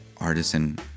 artisan